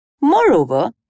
Moreover